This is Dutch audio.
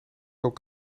ook